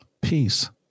Peace